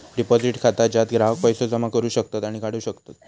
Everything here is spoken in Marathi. डिपॉझिट खाता ज्यात ग्राहक पैसो जमा करू शकतत आणि काढू शकतत